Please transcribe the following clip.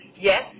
Yes